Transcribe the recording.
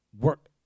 work